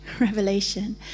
revelation